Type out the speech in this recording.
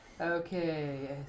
Okay